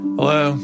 Hello